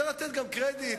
צריך לתת גם קרדיט,